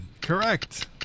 Correct